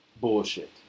Bullshit